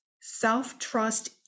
Self-trust